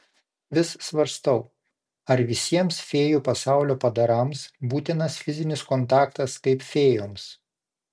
vis svarstau ar visiems fėjų pasaulio padarams būtinas fizinis kontaktas kaip fėjoms